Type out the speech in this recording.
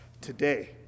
today